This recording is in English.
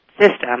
system